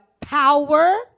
power